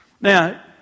now